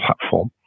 platform